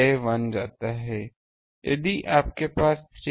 इसका तात्पर्य है Zin V बाय I1 है जो N वर्ग Z11 के बराबर है